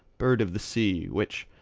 bird of the sea, which,